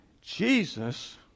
Jesus